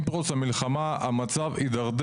הם נכנסים בוויזת תייר לשלושה